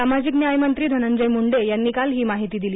सामाजिक न्याय मंत्री धनंजय मुंडे यांनी काल ही माहिती दिली